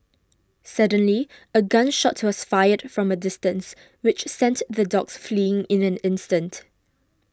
suddenly a gun shot was fired from a distance which sent the dogs fleeing in an instant